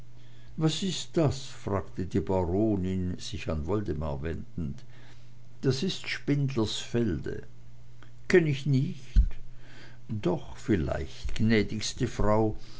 was ist das fragte die baronin sich an woldemar wendend das ist spindlersfelde kenn ich nicht doch vielleicht gnädigste frau